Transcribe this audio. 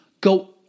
go